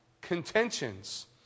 contentions